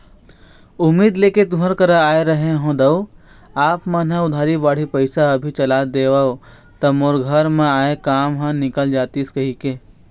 उम्मीद लेके तुँहर करा आय रहें हँव दाऊ आप मन ह उधारी बाड़ही पइसा अभी चला देतेव त मोर घर म आय काम ह निकल जतिस कहिके